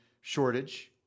shortage